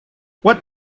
what